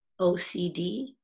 OCD